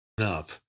up